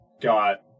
got